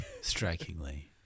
strikingly